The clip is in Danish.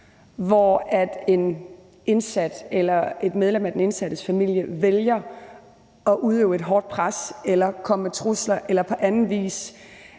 eller et medlem af den indsattes familie vælger at udøve et hårdt pres, komme med trusler eller på anden vis